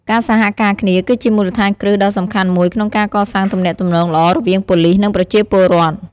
ការសហការគ្នា គឺជាមូលដ្ឋានគ្រឹះដ៏សំខាន់មួយក្នុងការកសាងទំនាក់ទំនងល្អរវាងប៉ូលីស និងប្រជាពលរដ្ឋ។